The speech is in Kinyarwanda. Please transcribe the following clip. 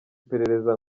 iperereza